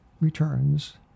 returns